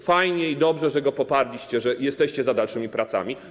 Fajnie i dobrze, że go poparliście, że jesteście za dalszymi pracami.